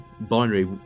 binary